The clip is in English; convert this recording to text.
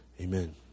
amen